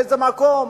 באיזה מקום?